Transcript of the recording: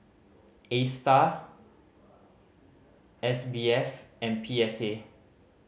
Astar S B F and P S A